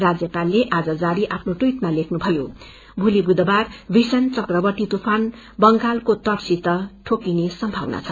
राज्यपालले आज जारी आफ्नो टवीटमा लेख्नुभयो भोलि बुधबार भीषण चक्रवाती तूफान बंगालको तटसित ठोकिनेसम्भावना छ